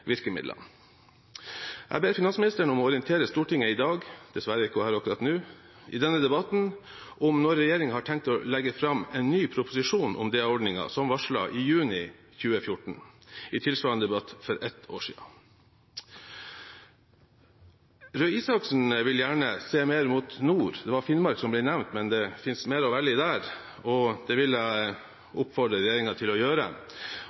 virkemidlene. Jeg ber finansministeren om å orientere Stortinget i dag, i denne debatten – dessverre er hun ikke her akkurat nå – om når regjeringen har tenkt å legge fram en ny proposisjon om DA-ordningen, som ble varslet i juni 2014, i tilsvarende debatt for et år siden. Røe Isaksen vil gjerne se mer mot nord – det var Finnmark som ble nevnt, men det finnes mer å velge i der – og det vil jeg oppfordre regjeringen til å gjøre.